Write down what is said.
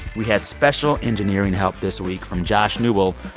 we had special engineering help this week from josh newell,